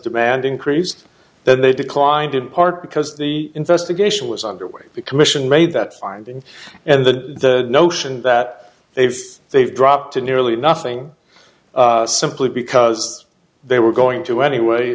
demand increased then they declined in part because the investigation was underway the commission made that finding and the notion that they've they've dropped to nearly nothing simply because they were going to anyway